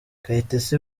kayitesi